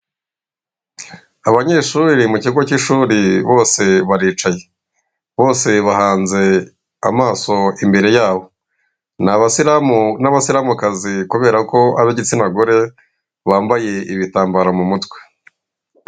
Abanyeshuri mu kigo k'ishuri bose baricyaye. Bose bahanze amaso imbere yabo. N'abasiramu n'abasiramukazi kubera ko abigitsina gore bambaye ibitambaro mu mutwe.